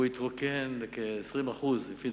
הוא התרוקן לכ-20% מהתפוסה שלו,